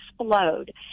explode